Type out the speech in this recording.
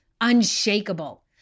unshakable